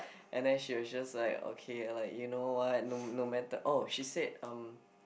and then she was just like okay like you know what no no matter oh she said um